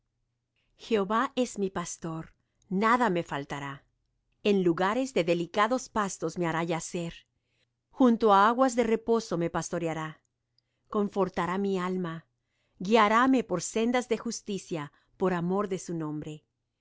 jehova es mi pastor nada me faltará en lugares de delicados pastos me hará yacer junto á aguas de reposo me pastoreará confortará mi alma guiárame por sendas de justicia por amor de su nombre